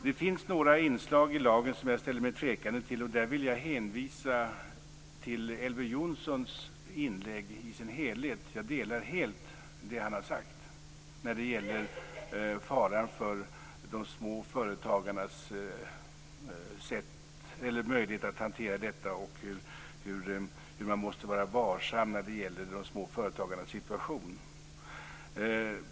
Det finns några inslag i lagen som jag ställer mig tvekande till, och där vill jag hänvisa till Elver Jonssons inlägg i dess helhet. Jag delar helt hans uppfattning och farhågor när det gäller småföretagarnas möjlighet att hantera detta och hur man måste vara varsam när det gäller småföretagarnas situation.